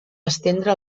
estendre